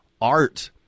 art